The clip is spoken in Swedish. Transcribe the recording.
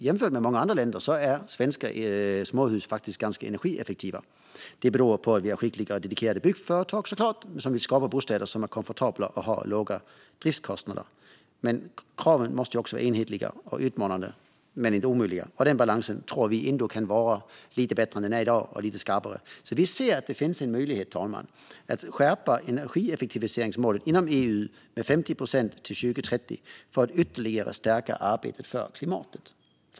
Jämfört med i många andra länder är svenska småhus ganska energieffektiva. Det beror såklart på att vi har skickliga och dedikerade byggföretag som vill skapa bostäder som är komfortabla och har låga driftskostnader. Kraven måste vara enhetliga och utmanande, men inte omöjliga. Den balansen tror vi kan vara lite bättre än vad den är i dag och kraven lite skarpare. Vi ser att det finns möjlighet, fru talman, att skärpa energieffektiviseringsmålet inom EU med 50 procent till 2030 för att ytterligare stärka arbetet för klimatet.